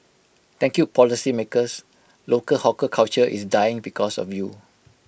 thank you policymakers local hawker culture is dying because of you